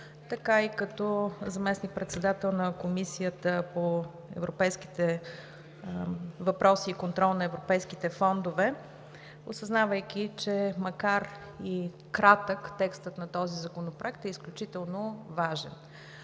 така и като заместник-председател на Комисията по европейските въпроси и контрол на европейските фондове, осъзнавайки, че макар и кратък, текстът на този законопроект е изключително важен.